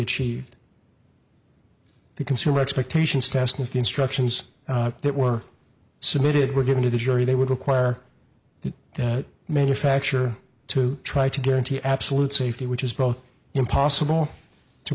achieved the consumer expectations test with the instructions that were submitted were given to the jury they would require the manufacture to try to guarantee absolute safety which is both impossible to